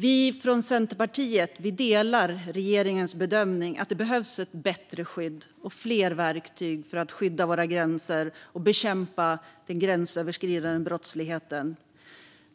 Vi från Centerpartiet delar regeringens bedömning att det behövs ett bättre skydd och fler verktyg för att skydda våra gränser och bekämpa den gränsöverskridande brottsligheten.